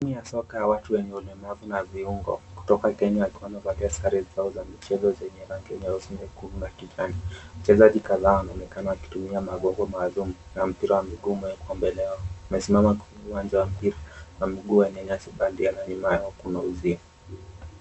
Timu ya soka ya watu wenye ulemavu na viungo kutoka Kenya wakiwa wamevalia sare zao za michezo zenye rangi nyeusi, nyekundu na kijani. Wachezaji kadhaa wanaonekana wakitumia magogo maalum na mpira wa miguu umewekwa mbele yao. Wamesimama kwenye uwanja wa mpira wa miguu wenye nyasi bandia. Nyuma yao kuna uzio.